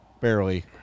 Barely